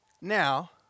Now